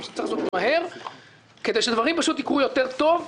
שצריך לעשות מהר כדי שדברים פשוט יקרו יותר טוב,